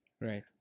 right